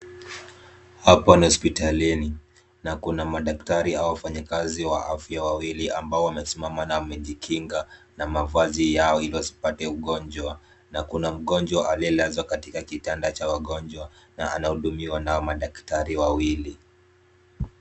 Hapa ni hospitalini na kuna madaktari au wafanyikazi wa afya wawili ambao wamesimama na wamejikinga na mavazi yao ili wasipate ugonjwa na kuna mgonjwa aliyelazwa katika kitanda cha wagonjwa na anahudumiwa na hao madaktari wawili.